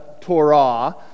Torah